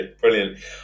Brilliant